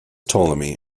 ptolemy